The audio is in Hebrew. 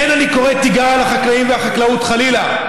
אין אני קורא תיגר על החקלאים והחקלאות, חלילה.